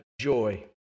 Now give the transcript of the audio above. joy